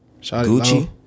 Gucci